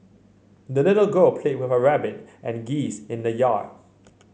the little girl played with her rabbit and geese in the yard